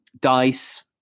dice